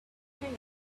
friends